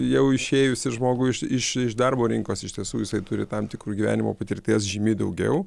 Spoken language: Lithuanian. jau išėjusį žmogų iš iš darbo rinkos iš tiesų jisai turi tam tikrų gyvenimo patirties žymiai daugiau